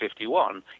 51